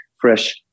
fresh